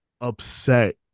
upset